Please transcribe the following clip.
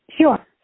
Sure